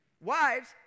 Wives